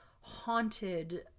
haunted